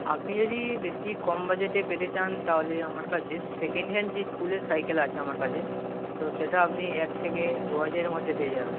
আপনি যদি বেশি কম বাজেটে পেতে চান তাহলে আমার কাছে সেকেন্ড হ্যান্ড যে স্কুলের সাইকেল আছে আমার কাছে তো সেটা আপনি এক থেকে দু হাজারের মধ্যে পেয়ে যাবেন